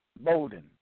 bolden